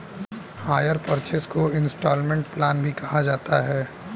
higher purchase को instalment plan भी कहा जाता है